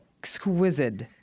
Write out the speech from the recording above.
exquisite